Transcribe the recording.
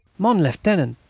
mon lieutenant.